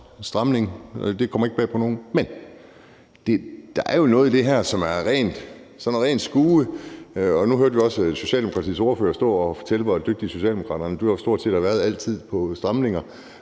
stramning – det kommer ikke bag på nogen – men der er jo noget i det her, som er sådan ren skueproces. Og nu hørte vi også Socialdemokratiets ordfører stå og fortælle, hvor dygtige Socialdemokraterne stort set altid har været til at lave stramninger,